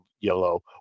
yellow